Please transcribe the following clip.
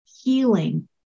healing